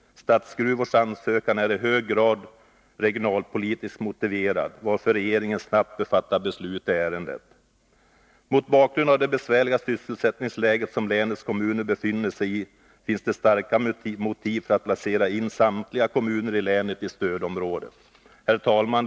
Statsgruvors ansökan är i hög grad regionalpolitiskt motiverad, varför regeringen snabbt bör fatta beslut i ärendet. Mot bakgrund av det besvärliga sysselsättningsläge som länets kommuner befinner sig i finns det starka motiv för att placera in samtliga kommuner i länet i stödområdet. Herr talman!